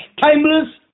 timeless